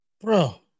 Bro